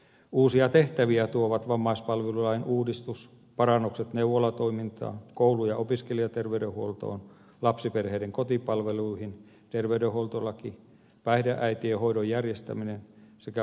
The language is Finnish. uusia tehtäviä tuovat vammaispalvelulain uudistus parannukset neuvolatoimintaan koulu ja opiskelijaterveydenhuoltoon lapsi perheiden kotipalveluihin terveydenhuoltolaki päihdeäitien hoidon järjestäminen sekä vankilan perheosastot